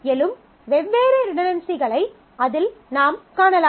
எழும் வெவ்வேறு ரிடன்டன்சிகளை அதில் நாம் காணலாம்